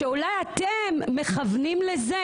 שאולי אתם מכוונים לזה.